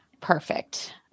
Perfect